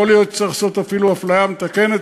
יכול להיות שצריך לעשות אפילו אפליה מתקנת,